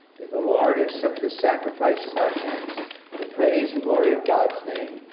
may the lord accept this sacrifice from our hands for the praise and glory of god's name,